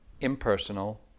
impersonal